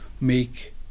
make